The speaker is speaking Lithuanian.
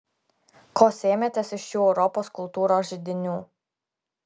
ko sėmėtės iš šių europos kultūros židinių